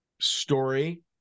story